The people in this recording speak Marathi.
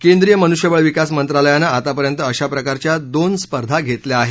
केंद्रीय मनुष्यबळ विकास मंत्रालयानं आतापर्यंत अशाप्रकारच्या दोन स्पर्धा घेतल्या आहेत